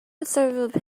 conservative